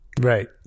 Right